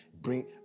bring